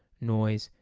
noise,